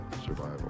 survival